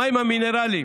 המים המינרליים.